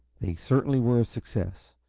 they certainly were a success.